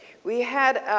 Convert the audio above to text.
we had